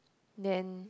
then